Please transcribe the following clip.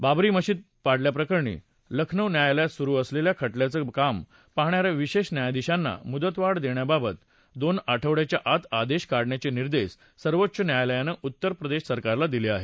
बाबरी मशीद पाडल्याप्रकरणी लखनौ न्यायालयात सुरु असलेल्या खटल्याचं कामकाम पाहणा या विशेष न्यायाधीशांना मुदतवाढ देण्याबाबत दोन आठवडयाच्या आत आदेश काढण्याचे निर्देश सर्वोच्च न्यायालयानं उत्तर प्रदेशसरकारला दिले आहेत